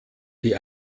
die